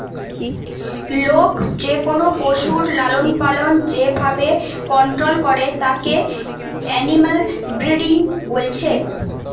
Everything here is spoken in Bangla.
লোক যেকোনো পশুর লালনপালন যে ভাবে কন্টোল করে তাকে এনিম্যাল ব্রিডিং বলছে